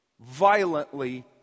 violently